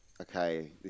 okay